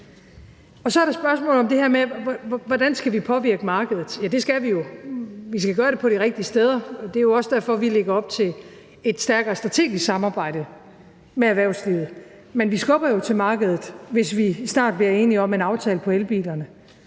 Så er der spørgsmålet om det her med, hvordan vi skal påvirke markedet. Ja, det skal vi jo, og vi skal gøre det på de rigtige steder, og det er jo også derfor, at vi lægger op til et stærkere strategisk samarbejde med erhvervslivet. Men vi skubber jo til markedet, hvis vi snart bliver enige om en aftale om elbilerne.